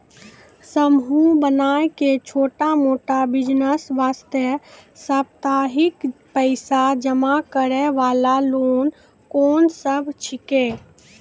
समूह बनाय के छोटा मोटा बिज़नेस वास्ते साप्ताहिक पैसा जमा करे वाला लोन कोंन सब छीके?